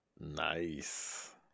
nice